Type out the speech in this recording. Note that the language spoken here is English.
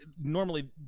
normally